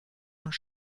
und